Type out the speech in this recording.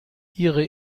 ihre